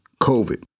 COVID